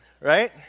right